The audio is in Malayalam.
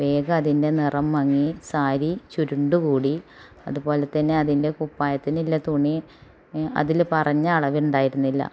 വേഗം അതിൻ്റെ നിറം മങ്ങി സാരി ചുരുണ്ട് കൂടി അതുപോലെ തന്നെ അതിൻ്റെ കുപ്പായത്തിനിലെ തുണി അതില് പറഞ്ഞ അളവ് ഉണ്ടായിരുന്നില്ല